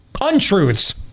Untruths